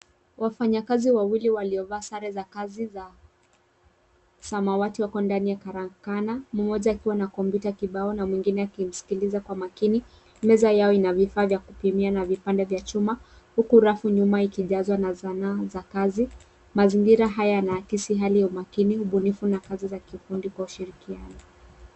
Wafanyakazi wawili waliovaa sare za kazi za samawati wako ndani ya karakana mmoja akiwa na komputa kibao na mwingine akimsikiliza kwa makini. Meza yao ina vifaa vya kupimia na vipande vya chuma huku rafu nyuma ikijazwa na Sanaa za kazi. Mazingira haya yanaakisi hali ya umakini, ubunifu na kazi za kiufundi kwa ushirikiano.